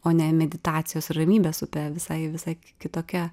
o ne meditacijos ir ramybės upe visai visai kitokia